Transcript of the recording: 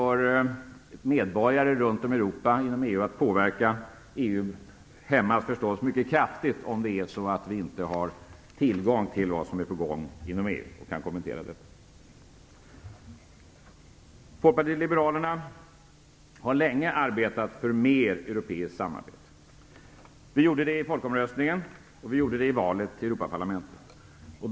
EU att påverka EU hämmas förstås mycket kraftigt om vi inte har tillgång till vad som är på gång inom EU och kan kommentera detta. Folkpartiet liberalerna har länge arbetat för mer europeiskt samarbete. Vi gjorde det i folkomröstningen och vi gjorde det i valet till Europaparlamentet.